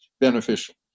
beneficial